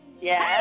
yes